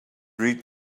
read